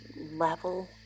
level